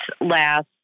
last